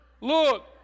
look